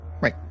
Right